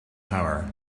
tower